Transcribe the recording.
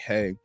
Hey